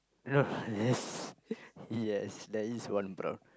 no yes yes there is one drum